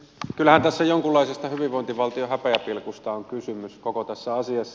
kyllähän jonkunlaisesta hyvinvointivaltion häpeäpilkusta on kysymys koko tässä asiassa